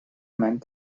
meant